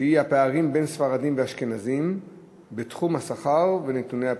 שהיא: הפערים בין ספרדים לאשכנזים בתחום השכר ובנתוני הפתיחה,